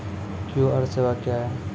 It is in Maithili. क्यू.आर सेवा क्या हैं?